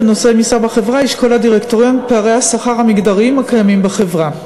נושאי משרה בחברה ישקול הדירקטוריון את פערי השכר המגדריים הקיימים בחברה.